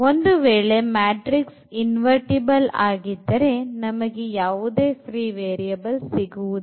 ಒಂದು ವೇಳೆ matrix invertible ಆಗಿದ್ದರೆ ನಮಗೆ ಯಾವುದೇfree variables ಸಿಗುವುದಿಲ್ಲ